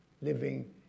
Living